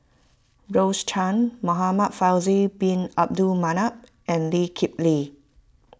Rose Chan Muhamad Faisal Bin Abdul Manap and Lee Kip Lee